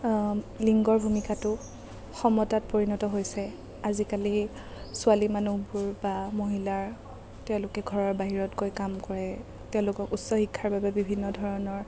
লিংগৰ ভূমিকাতো সমতাত পৰিণত হৈছে আজিকালি ছোৱালী মানুহবোৰ বা মহিলাৰ তেওঁলোকে ঘৰৰ বাহিৰত গৈ কাম কৰে তেওঁলোকক উচ্চ শিক্ষাৰ বাবে বিভিন্ন ধৰণৰ